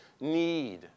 need